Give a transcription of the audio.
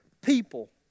people